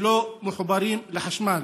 שלא מחוברים לחשמל.